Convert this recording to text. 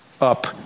up